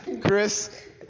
Chris